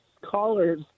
callers